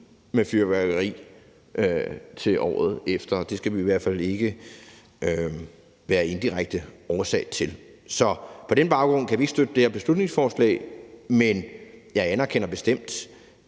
med fyrværkeri til året efter. Det skal vi i hvert fald ikke være inddirekte årsag til. Så på den baggrund kan vi ikke støtte det her beslutningsforslag, men jeg anerkender bestemt,